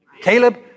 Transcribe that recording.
Caleb